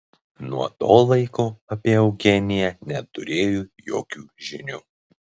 nuo to laiko apie eugeniją neturėjo jokių žinių